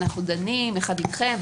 אנחנו דנים יחד אתכם,